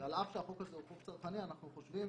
על אף שהחוק הזה הוא חוק צרכני, אנחנו חושבים